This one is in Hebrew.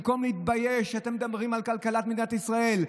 במקום להתבייש שאתם מדברים על כלכלת מדינת ישראל,